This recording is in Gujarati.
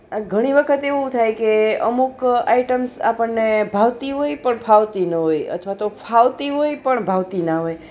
આ ઘણી વખત એવું થાય કે અમુક આઈટમ્સ આપણને ભાવતી હોય પણ ફાવતી ન હોય અથવા તો ફાવતી હોય પણ ભાવતી ન હોય